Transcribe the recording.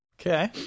Okay